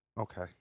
okay